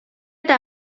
eta